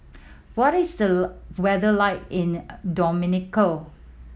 what is the weather like in Dominica